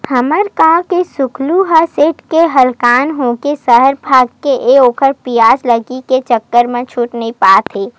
हमर गांव के सुकलू ह सेठ ले हलाकान होके सहर भाग गे हे ओखर बियाज लगई के चक्कर म छूटे नइ पावत हे